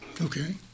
Okay